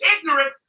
ignorant